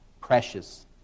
precious